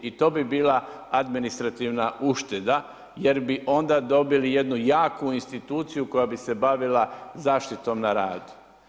I to bi bila administrativna ušteda jer bi onda dobili jednu jaku instituciju koja bi se bavila zaštitom na radu.